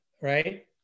right